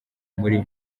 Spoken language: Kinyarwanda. muri